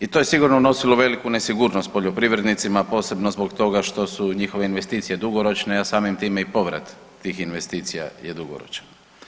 I to je sigurno unosilo veliku nesigurnost poljoprivrednicima, posebno zbog toga što su njihove investicije dugoročne, a samim time i povrat tih investicija je dugoročan.